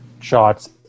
shots